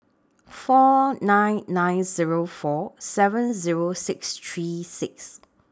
four nine nine Zero four seven Zero six three six